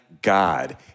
God